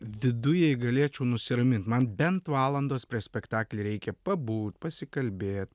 viduj jei galėčiau nusiramint man bent valandos prieš spektaklį reikia pabūt pasikalbėt